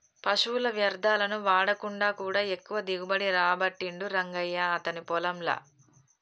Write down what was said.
పశువుల వ్యర్ధాలను వాడకుండా కూడా ఎక్కువ దిగుబడి రాబట్టిండు రంగయ్య అతని పొలం ల